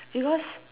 because